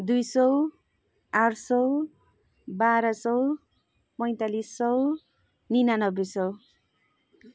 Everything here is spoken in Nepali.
दुई सय आठ सय बाह्र सय पैँतालिस सय निनानब्बे सय